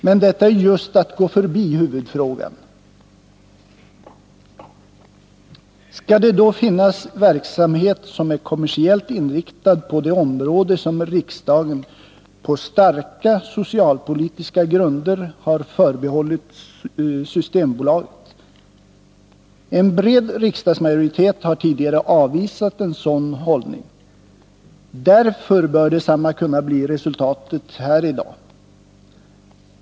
Men detta är just att gå förbi huvudfrågan, nämligen om det skall få finnas verksamhet som är kommersiellt inriktad på det område som riksdagen, på starka socialpolitiska grunder, har förbehållit Systembolaget. En bred riksdagsmajoritet har tidigare avvisat en sådan hållning. Därför bör detsamma kunna bli resultatet här i dag.